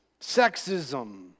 sexism